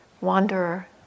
wanderer